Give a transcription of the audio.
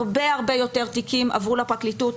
הרבה הרבה יותר תיקים עברו לפרקליטות,